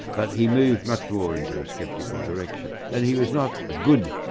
but he moved much more into a sceptical direction, and he was not a good,